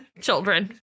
children